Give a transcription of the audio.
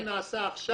זה נעשה עכשיו.